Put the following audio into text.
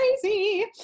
Crazy